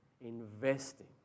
investing